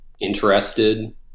interested